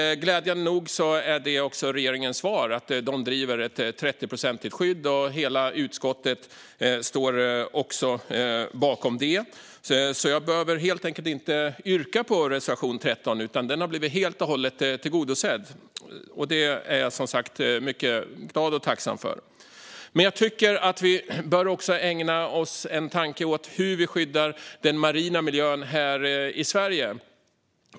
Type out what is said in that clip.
Glädjande nog är regeringens svar att man driver frågan om ett 30-procentigt skydd, och hela utskottet står också bakom det. Jag behöver helt enkelt inte yrka bifall till reservation 35, för den har blivit helt och hållet tillgodosedd. Det är jag som sagt mycket glad och tacksam för. Men jag tycker att vi också bör ägna en tanke åt hur vi skyddar den marina miljön här i Sverige.